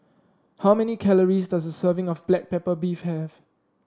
how many calories does a serving of Black Pepper Beef have